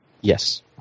Yes